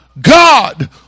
God